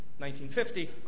1950